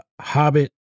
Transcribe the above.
Hobbit